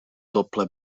doble